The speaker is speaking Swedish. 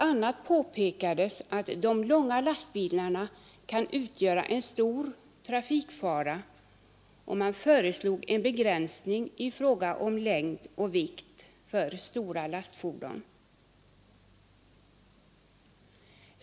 a. påpekade man att de långa lastbilarna kan utgöra en stor trafikfara, och man föreslog en begränsning i fråga om längd och vikt för stora lastfordon.